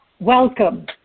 Welcome